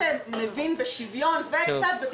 שוויון וצדק מהפוליטיקאים,